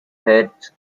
heads